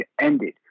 ended